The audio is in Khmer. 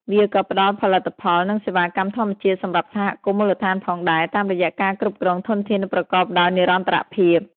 វាក៏ផ្តល់ផលិតផល និងសេវាកម្មធម្មជាតិសម្រាប់សហគមន៍មូលដ្ឋានផងដែរ តាមរយៈការគ្រប់គ្រងធនធានប្រកបដោយនិរន្តរភាព។